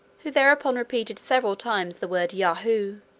who thereupon repeated several times the word yahoo.